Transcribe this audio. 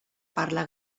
parla